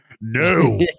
no